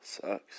Sucks